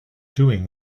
doing